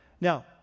Now